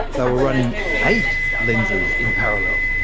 they were running eight lenses in parallel.